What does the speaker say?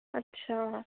अच्छा